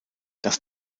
das